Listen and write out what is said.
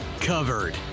Covered